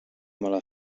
mala